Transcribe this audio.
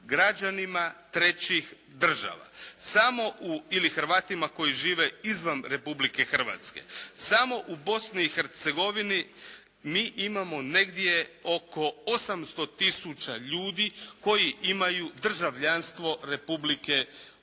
građanima trećih država ili Hrvatima koji žive izvan Republike Hrvatske. Samo u Bosni i Hercegovini mi imamo negdje oko 800 000 ljudi koji imaju državljanstvo Republike Hrvatske.